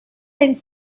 and